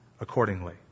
accordingly